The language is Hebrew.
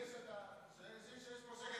זה שיש פה שקט,